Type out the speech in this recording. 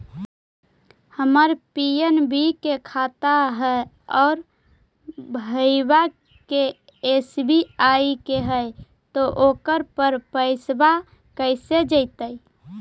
हमर पी.एन.बी के खाता है और भईवा के एस.बी.आई के है त ओकर पर पैसबा कैसे जइतै?